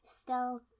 Stealth